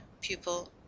pupil